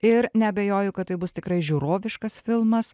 ir neabejoju kad tai bus tikrai žiūroviškas filmas